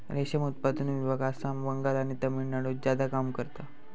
रेशम उत्पादन विभाग आसाम, बंगाल आणि तामिळनाडुत ज्यादा काम करता